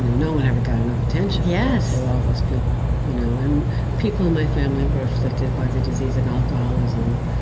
no no one ever got enough attention through all those people. you know and people in my family were afflicted by the disease of alcoholism,